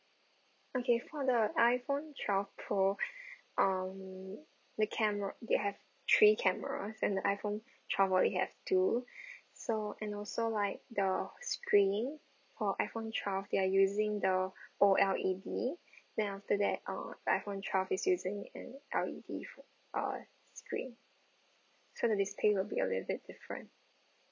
okay for the iPhone twelve pro um the camera they have three camera and the iPhone twelve only have two so and also like the screen for iPhone twelve they're using the O_L_E_D then after that uh iPhone twelve is using an L_E_D uh screen so the display will be a little bit different